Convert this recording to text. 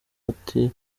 ati